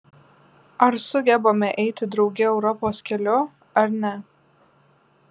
ar sugebame eiti drauge europos keliu ar ne